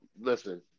Listen